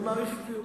אני מעריך עקביות.